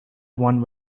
one